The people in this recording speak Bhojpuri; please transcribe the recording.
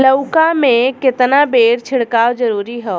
लउका में केतना बेर छिड़काव जरूरी ह?